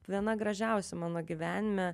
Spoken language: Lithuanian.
viena gražiausių mano gyvenime